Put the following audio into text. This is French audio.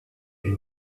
une